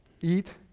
eat